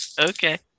Okay